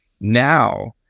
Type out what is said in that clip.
Now